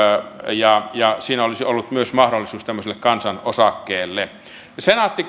ja ja siinä olisi ollut myös mahdollisuus tämmöiselle kansan osakkeelle esitys senaatti